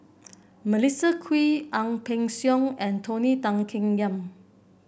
Melissa Kwee Ang Peng Siong and Tony Tan Keng Yam